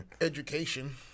Education